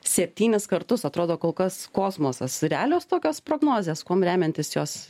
septynis kartus atrodo kol kas kosmosas realios tokios prognozės kuom remiantis jos